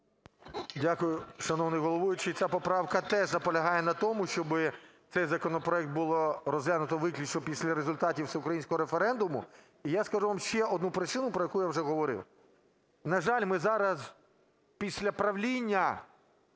Дякую, шановний головуючий. Ця поправка теж наполягає на тому, щоб цей законопроект було розглянуто виключно після результатів всеукраїнського референдуму. І я скажу вам ще одну причину, про яку я вже говорив. На жаль, ми зараз, після правління